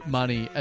money